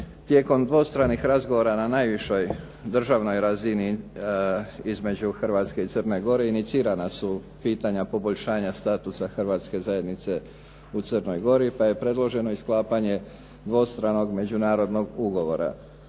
Tijekom dvostranih razgovora na najvišoj državnoj razini između Hrvatske i Crne Gore inicirana su pitanja poboljšanja statusa hrvatske zajednice u Crnoj Gori, pa je predloženo i sklapanje dvostranog međunarodnog ugovora.